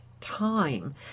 time